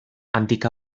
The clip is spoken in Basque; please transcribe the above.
handik